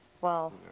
Well-